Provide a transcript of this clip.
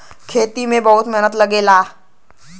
खेती में बहुते मेहनत लगेला